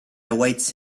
awaits